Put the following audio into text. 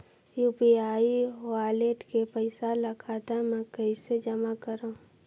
UPI wallet के पईसा ल खाता मे कइसे जमा करव?